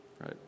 right